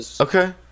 Okay